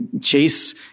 Chase